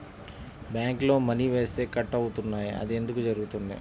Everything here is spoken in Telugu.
బ్యాంక్లో మని వేస్తే కట్ అవుతున్నాయి అది ఎందుకు జరుగుతోంది?